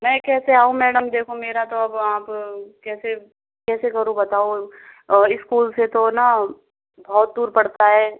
मैं कैसे आऊं मैडम देखो मेरा तो आप कैसे कैसे करूँ बताओ स्कूल से तो ना बहुत दूर पड़ता है